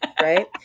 right